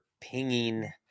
pinging